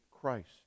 christ